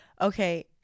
okay